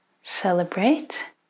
celebrate